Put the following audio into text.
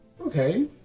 Okay